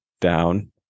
down